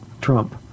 Trump